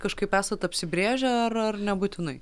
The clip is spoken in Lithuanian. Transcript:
kažkaip esat apsibrėžę ar ar nebūtinai